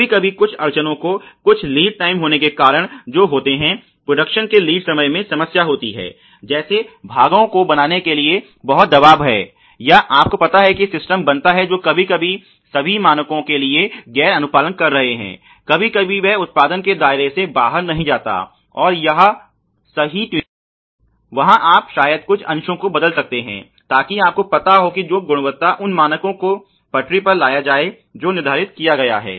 कभी कभी कुछ अड़चनों और कुछ लीड टाइम होने के कारण जो होते हैं प्रोडक्शन के लीड समय में समस्या होती है जैसे भागों को बनाने के लिए बहुत दबाव है या आप को पता है कि सिस्टम बनता है जो कभी कभी सभी मानकों के लिए गैर अनुपालन कर रहे हैं कभी कभी वह उत्पादन के दायरे से बाहर नहीं जाता और जब सही ट्यूनिंग है वहाँ आप शायद कुछ अंशों को बदल सकते हैं ताकि आपको पता हो कि जो गुणवत्ता उन मानकों की पटरी पर लाया जाए जो निर्धारित किया गया है